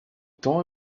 temps